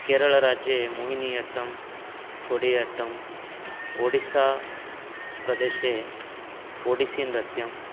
केरळराज्ये मोहिनियाट्टं कोडियाट्टम् ओडिस्साप्रदेशे ओडिस्सिनृत्यम्